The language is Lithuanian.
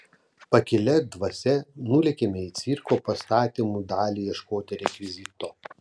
pakilia dvasia nulėkėme į cirko pastatymų dalį ieškoti rekvizito